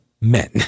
men